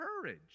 courage